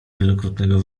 wielokrotnego